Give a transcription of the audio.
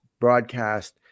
broadcast